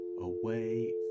away